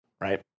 right